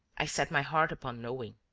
i set my heart upon knowing.